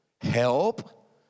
help